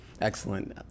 Excellent